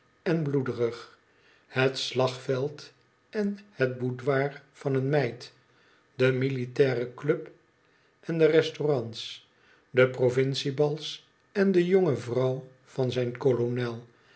en bloederig het slagveld en het boudoir van een meid de militaire club en de restaurants de provinrie bals en de jonge vrouw van zijn kolonel